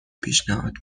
پیشنهاد